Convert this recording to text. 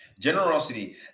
Generosity